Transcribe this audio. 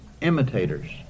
imitators